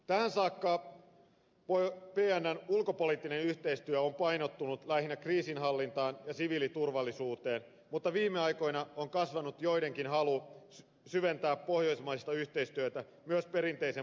tähän saakka pnn ulkopoliittinen yhteistyö on painottunut lähinnä kriisinhallintaan ja siviiliturvallisuuteen mutta viime aikoina on kasvanut joidenkin halu syventää pohjoismaista yhteistyötä myös perinteisen puolustuspolitiikan suuntaan